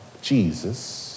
Jesus